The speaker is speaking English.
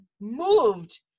moved